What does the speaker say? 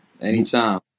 anytime